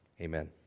amen